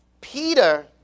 Peter